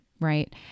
right